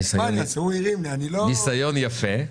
ניסיון יפה.